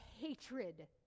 hatred